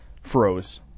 froze